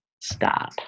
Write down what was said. Stop